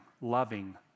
loving